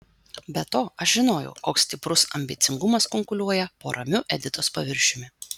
be to aš žinojau koks stiprus ambicingumas kunkuliuoja po ramiu editos paviršiumi